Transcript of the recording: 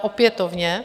Opětovně.